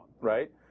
right